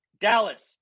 Dallas